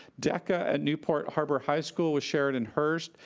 deca at newport harbor high school was shared in heards.